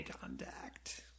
contact